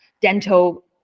dental